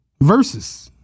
Versus